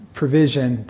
provision